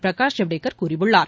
பிரகாஷ் ஜவ்டேகர் கூறியுள்ளார்